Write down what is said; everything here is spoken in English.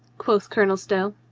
quoth colonel stow.